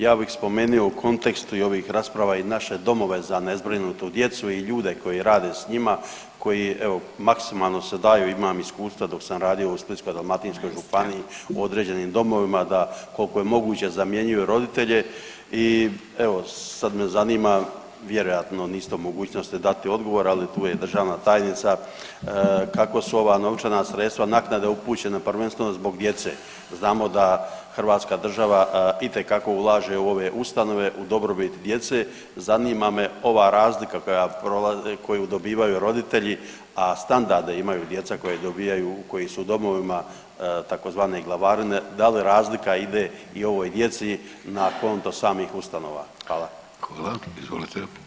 Ja bih spomenuo u kontekstu i ovih rasprava i naše domove za nezbrinutu djecu i ljude koji rade s njima koji evo maksimalno se daju, imam iskustva dok sam radio u Splitsko-dalmatinskoj županiji u određenim domovima da koliko je moguće zamjenjuju roditelje i evo sad me zanima, vjerojatno niste u mogućnosti dati odgovor, ali tu je državna tajnica, kako su ova novčana sredstva naknade upućena prvenstveno zbog djece, znamo da hrvatska država itekako ulaže u ove ustanove u dobrobit djece, zanima me ova razlika koju dobivaju roditelji, a standarde imaju djeca koja dobijaju, koji su u domovima tzv. glavarine, da li razlika ide i ovoj djeci na konto samih ustanova, hvala.